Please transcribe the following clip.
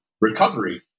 recovery